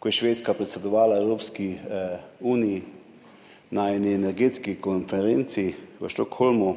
ko je Švedska predsedovala Evropski uniji, na eni energetski konferenci v Stockholmu.